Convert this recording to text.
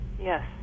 Yes